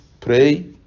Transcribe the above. Pray